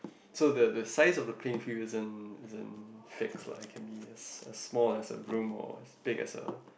so the the size of the playing field isn't isn't fixed lah it can be as as small as a room or as big as a